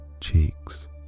cheeks